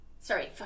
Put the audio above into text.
Sorry